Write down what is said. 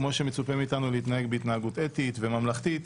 כמו שמצופה מאיתנו להתנהג בהתנהגות אתית וממלכתית,